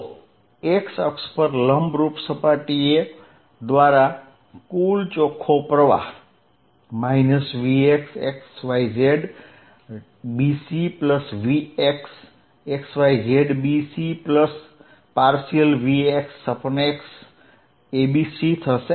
તો x અક્ષ પર લંબરૂપ સપાટીઓ દ્વારા કુલ ચોખ્ખો પ્રવાહ vxxyzbcvxxyzbc vx∂xabc થશે